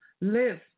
Live